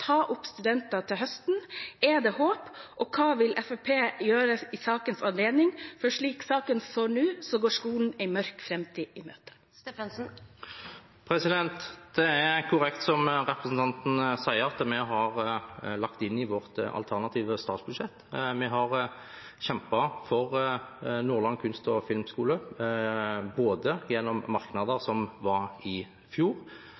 ta opp studenter til høsten? Er det håp, og hva vil Fremskrittspartiet gjøre i sakens anledning? Slik saken står nå, går skolen en mørk framtid i møte. Det er korrekt som representanten sier, at vi har lagt det inn i vårt alternative statsbudsjett. Vi har kjempet for Nordland kunst- og filmfagskole både gjennom merknader i fjor,